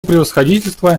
превосходительство